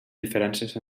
diferències